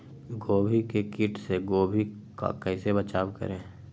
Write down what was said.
गोभी के किट से गोभी का कैसे बचाव करें?